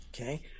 Okay